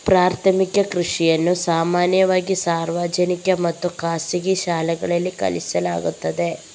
ಪ್ರಾಥಮಿಕ ಕೃಷಿಯನ್ನು ಸಾಮಾನ್ಯವಾಗಿ ಸಾರ್ವಜನಿಕ ಮತ್ತು ಖಾಸಗಿ ಶಾಲೆಗಳಲ್ಲಿ ಕಲಿಸಲಾಗುತ್ತದೆ